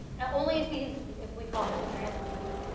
and only if he's, if we call him the transporter.